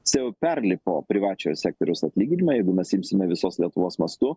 jisai jau perlipo privačiojo sektoriaus atlyginimą jeigu mes imsime visos lietuvos mastu